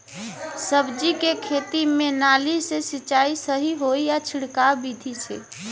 सब्जी के खेती में नाली से सिचाई सही होई या छिड़काव बिधि से?